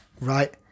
right